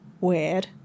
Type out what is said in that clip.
weird